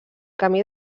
camí